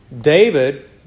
David